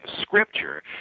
Scripture